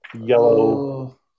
yellow